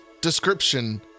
description